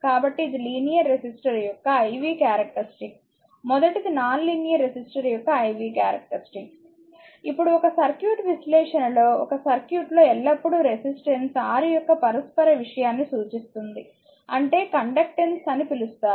కాబట్టి ఇది linear resistor యొక్క iv క్యారెక్టరిస్టిక్స్ మొదటిది నాన్ లీనియర్ రెసిస్టర్ యొక్క iv క్యారెక్టరిస్టిక్స్ ఇప్పుడు ఒక సర్క్యూట్ విశ్లేషణలో ఒక సర్క్యూట్లో ఎల్లప్పుడూ రెసిస్టెన్స్ R యొక్క పరస్పర విషయాన్ని సూచిస్తుంది అంటే కండక్టెన్స్ అని పిలుస్తారు